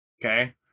Okay